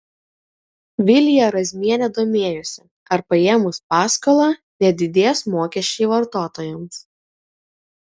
vilija razmienė domėjosi ar paėmus paskolą nedidės mokesčiai vartotojams